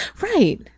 Right